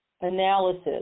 analysis